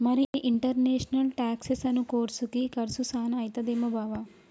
మరి ఇంటర్నేషనల్ టాక్సెసను కోర్సుకి కర్సు సాన అయితదేమో బావా